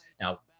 Now